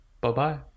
bye-bye